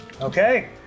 okay